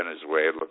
venezuela